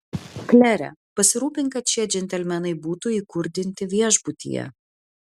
klere pasirūpink kad šie džentelmenai būtų įkurdinti viešbutyje